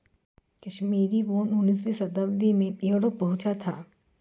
कश्मीरी ऊन उनीसवीं शताब्दी में यूरोप पहुंचा था